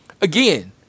Again